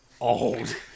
old